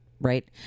right